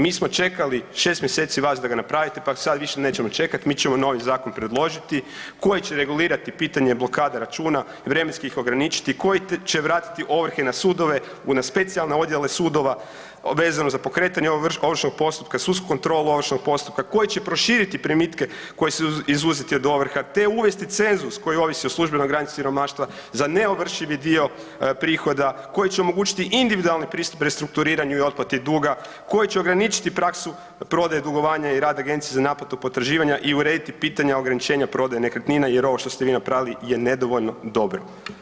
Mi smo čekali 6 mjeseci vas da ga napravite, pa sad više nećemo čekat, mi ćemo novi zakon predložiti koji će regulirati pitanje blokade računa, vremenski ih ograničiti, koji će vratiti ovrhe na sudove, u na specijalne odjele sudova vezano za pokretanje ovršnog postupka, sudsku kontrolu ovršnog postupka, koji će proširiti primitke koji su izuzeti od ovrha, te uvesti cenzus koji ovisi o službenoj granici siromaštva za neovršivi dio prihoda, koji će omogućiti individualni pristup restrukturiranju i otplati duga, koji će ograničiti praksu prodaje dugovanja i rad Agencije za naplatu potraživanja i urediti pitanja ograničenja prodaje nekretnina jer ovo što ste vi napravili je nedovoljno dobro.